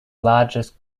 largest